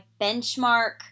benchmark